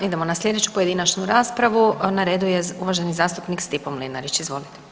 Idemo na slijedeću pojedinačnu raspravu, na redu je uvaženi zastupnik Stipo Mlinarić, izvolite.